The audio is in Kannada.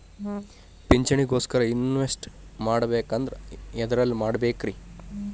ಪಿಂಚಣಿ ಗೋಸ್ಕರ ಇನ್ವೆಸ್ಟ್ ಮಾಡಬೇಕಂದ್ರ ಎದರಲ್ಲಿ ಮಾಡ್ಬೇಕ್ರಿ?